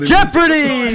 Jeopardy